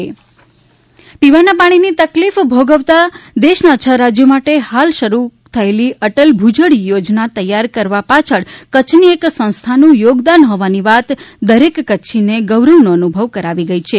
અટલ ભુજલ યોજના કચ્છ પીવાના પાણીની તકલીફ ભોગવતા દેશના છ રાજ્યો માટે હાલ શરૂ થયેલી અટલ ભૂજલ યોજના તૈયાર કરવા પાછળ કચ્છની એક સંસ્થા નું યોગદાન હોવાની વાત દરેક કચ્છીને ગૌરવ નો અનુભવ કરવી ગઈ છે